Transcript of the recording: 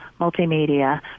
multimedia